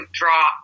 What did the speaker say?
draw